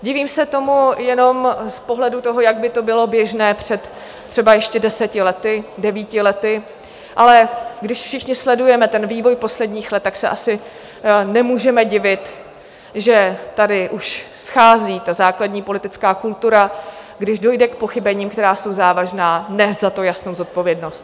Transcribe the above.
Divím se tomu jenom z pohledu toho, jak by to bylo běžné před třeba ještě deseti lety, devíti lety, ale když všichni sledujeme vývoj posledních let, tak se asi nemůžeme divit, že tady už schází základní politická kultura, když dojde k pochybením, která jsou závažná, nést za to jasnou zodpovědnost.